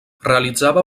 realitzava